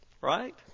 right